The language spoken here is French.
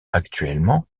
actuellement